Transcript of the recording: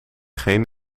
geen